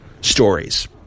stories